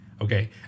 okay